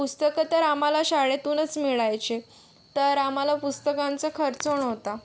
पुस्तकं तर आम्हाला शाळेतूनच मिळायचे तर आम्हाला पुस्तकांचा खर्च नव्हता